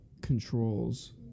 controls